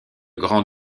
grand